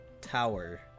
tower